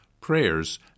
prayers